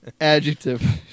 Adjective